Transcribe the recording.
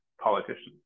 politicians